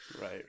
Right